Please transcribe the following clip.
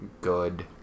good